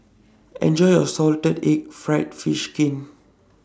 Enjoy your Salted Egg Fried Fish Skin